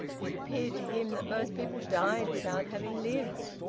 it appeared to him that most people died without having lived.